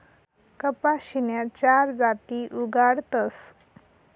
कपाशीन्या चार जाती उगाडतस